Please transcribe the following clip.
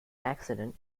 accident